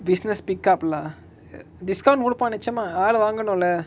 business pick up lah ah discount குடுப்பா நிச்சயமா ஆலு வாங்கணுல:kudupa nichayamaa aalu vaanganula